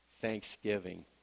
thanksgiving